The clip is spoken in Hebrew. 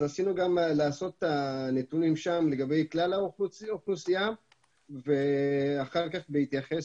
הוצאנו את הנתונים שם לגבי כלל האוכלוסייה ואחר כך בהתייחס